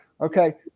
okay